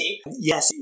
Yes